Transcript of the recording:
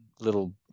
little